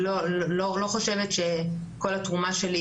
לא חושבת שכל התרומה שלי